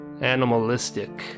animalistic